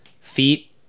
feet